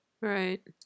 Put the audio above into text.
Right